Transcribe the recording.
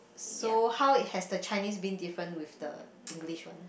so how it has the Chinese been different with the English one